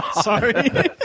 Sorry